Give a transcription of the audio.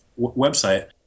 website